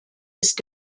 ist